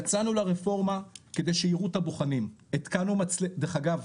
יצאנו לרפורמה כדי שיראו את הבוחנים, דרך אגב,